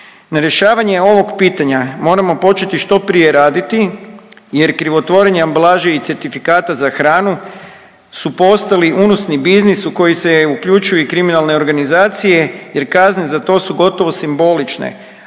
Nerješavanje ovog pitanja moramo početi što prije raditi jer krivotvorenje ambalaže i certifikata za hranu su postali unosni biznis u koji se uključuju i kriminalne organizacije jer kazne za to su gotovo simbolične,